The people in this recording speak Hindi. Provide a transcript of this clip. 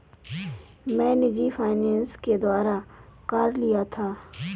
मैं निजी फ़ाइनेंस के द्वारा कार लिया था